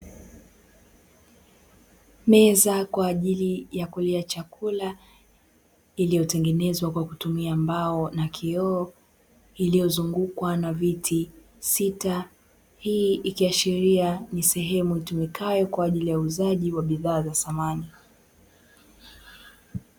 Meza kwaajili ya kulia chakula iliyotengenezwa kwa kutumia mbao na kioo, iliyozungukwa na viti sita. Hii inaashiria hii ni sehemu itumikayo kwaajili ya uuzaji wa bidhaa za samani.